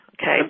Okay